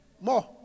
more